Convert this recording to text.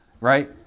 right